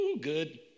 good